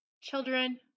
children